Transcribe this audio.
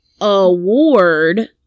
award